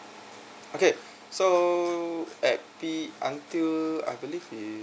okay so at the until I believe is